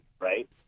right